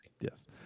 Yes